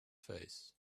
face